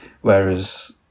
whereas